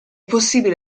possibile